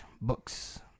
Books